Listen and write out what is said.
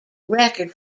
record